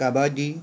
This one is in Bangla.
কাবাডি